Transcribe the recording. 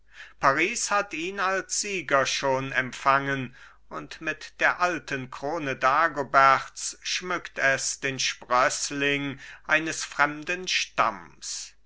paris hat ihn als sieger schon empfangen und mit der alten krone dagoberts schmückt es den sprößling eines fremden stamms